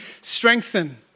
strengthen